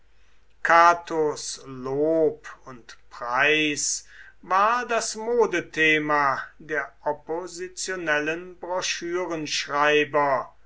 lob und preis war das modethema der oppositionellen